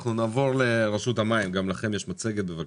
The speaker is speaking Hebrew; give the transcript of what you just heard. נעבור לרשות המים, גם לכם יש מצגת, בבקשה.